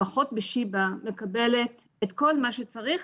לפחות בבית החולים שיבא מקבלת את כל מה שצריך